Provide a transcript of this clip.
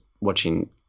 watching